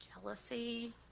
jealousy